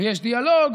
ויש דיאלוג,